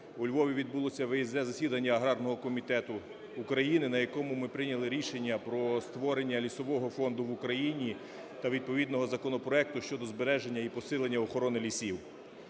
у Львові відбулося виїзне засідання аграрного комітету України, на якому ми прийняли рішення про створення лісового фонду в Україні та відповідного законопроекту щодо збереження і посилення охорони лісів.